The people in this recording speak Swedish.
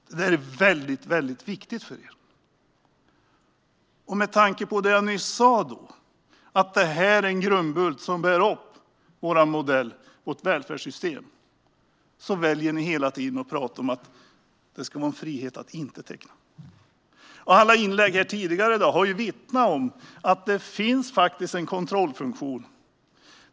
Detta är väldigt viktigt för er. Med tanke på det jag nyss sa, att detta är en grundbult som bär upp vår modell och vårt välfärdssystem, väljer ni hela tiden att tala om att det ska finnas frihet att inte teckna. Alla inlägg tidigare i dag har vittnat om att det faktiskt finns en kontrollfunktion.